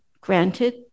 granted